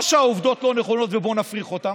או שהעובדות לא נכונות ובוא נפריך אותן,